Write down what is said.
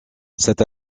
cet